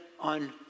on